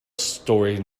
story